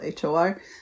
HOR